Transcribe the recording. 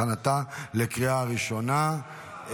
לצורך הכנתה לקריאה ראשונה,